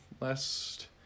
last